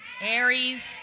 Aries